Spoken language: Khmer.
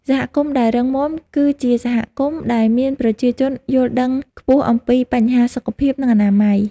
សហគមន៍ដែលរឹងមាំ គឺជាសហគមន៍ដែលមានប្រជាជនយល់ដឹងខ្ពស់អំពីបញ្ហាសុខភាព និងអនាម័យ។